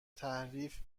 تحریف